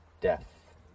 death